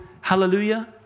hallelujah